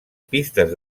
pistes